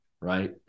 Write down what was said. Right